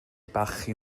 barchu